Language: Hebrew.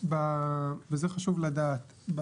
וזה חשוב לדעת.